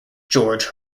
george